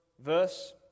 verse